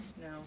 No